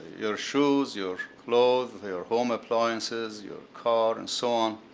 your shoes, your clothes, your home appliances, your car and so on.